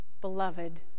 beloved